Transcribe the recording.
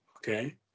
Okay